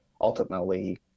ultimately